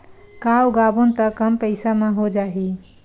का उगाबोन त कम पईसा म हो जाही?